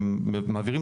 עולה